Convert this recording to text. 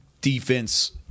defense